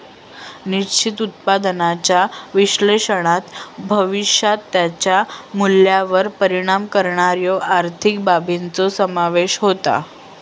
निश्चित उत्पन्नाच्या विश्लेषणात भविष्यात त्याच्या मूल्यावर परिणाम करणाऱ्यो आर्थिक बाबींचो समावेश होता